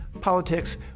politics